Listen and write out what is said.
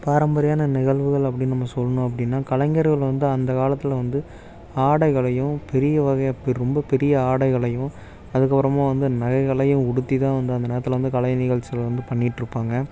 பாரம்பரியான நிகழ்வுகள் அப்படின்னு நம்ம சொன்னோம் அப்படின்னா கலைஞர்கள் வந்து அந்தக் காலத்தில் வந்து ஆடைகளையும் பெரியவகை ரொம்பப் பெரிய ஆடைகளையும் அதுக்கு உதாரணமா வந்து நகைகளையும் உடுத்திதான் வந்து அந்த நேரத்தில் வந்து கலை நிகழ்ச்சிகள் வந்து பண்ணிட்டுருப்பாங்க